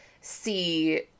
see